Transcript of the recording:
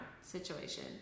situation